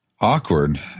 Awkward